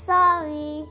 Sorry